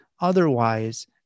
Otherwise